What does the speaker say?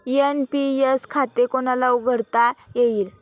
NPS खाते कोणाला उघडता येईल?